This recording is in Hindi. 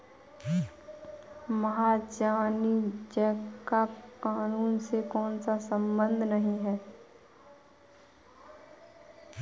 महाजनी चेक का कानून से कोई संबंध नहीं है